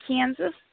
Kansas